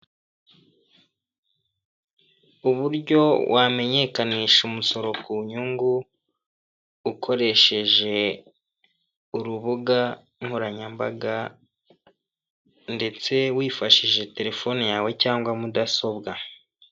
Uburyo wamenyekanisha umusoro ku nyungu ukoresheje urubuga nkoranyambaga, ndetse wifashishije telefone yawe, cyangwa mudasobwa.